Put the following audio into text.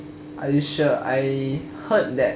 are you sure I heard that